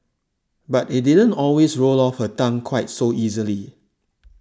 but it didn't always roll off her tongue quite so easily